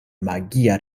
magia